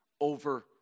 over